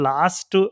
Last